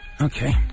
Okay